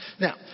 Now